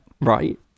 right